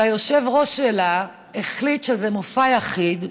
שהיושב-ראש שלה החליט שזה מופע יחיד,